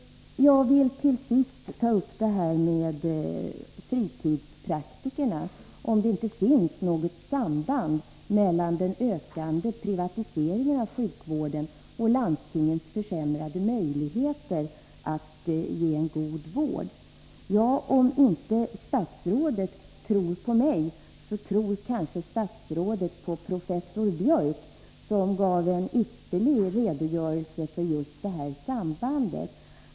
Jag vill till sist ta upp frågan om fritidspraktikerna— om det inte finns något samband mellan den ökande privatiseringen av sjukvården och landstingens försämrade möjligheter att ge en god vård. Om statsrådet inte tror på mig, tror hon kanske på professor Biörck, som gav en ypperlig redogörelse för just detta samband.